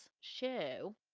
show